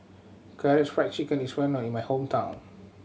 Karaage Fried Chicken is well known in my hometown